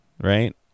right